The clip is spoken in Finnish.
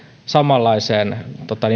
samanlaiseen